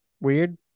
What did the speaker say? Weird